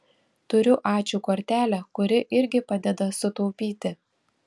turiu ačiū kortelę kuri irgi padeda sutaupyti